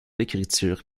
d’écriture